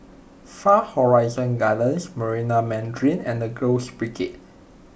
Far Horizon Gardens Marina Mandarin and the Girls Brigade